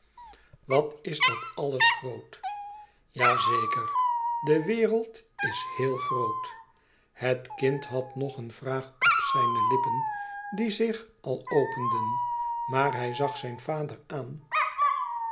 wat is dat alles groot ja zeker de wereld is héel groot het kind had nog een vraag op zijne lippen die zich al openden maar hij zag zijn vader aan